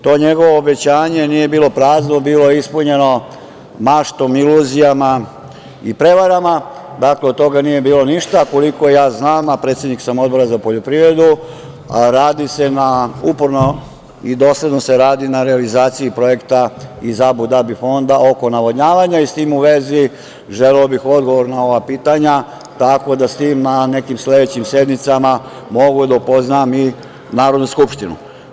To njegovo obećanje nije bilo prazno, bilo je ispunjeno maštom, iluzijama i prevarama, dakle, od toga nije bilo ništa, koliko ja znam, a predsednik sa Odbora za poljoprivredu, uporno i dosledno se radi na realizaciji projekta iz Abudabi fonda oko navodnjavanja i s tim u vezi želeo bih odgovor na ova pitanja, tako da sa tim nekim odgovorima, na sledećim sednicama mogu da upoznam i Narodnu skupštinu.